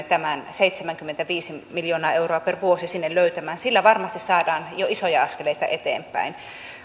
tämän seitsemänkymmentäviisi miljoonaa euroa per vuosi sinne löytämään sillä varmasti saadaan jo isoja askeleita eteenpäin